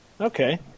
Okay